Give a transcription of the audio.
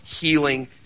healing